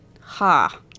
Ha